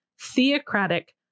theocratic